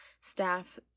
staff